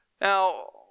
Now